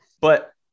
But-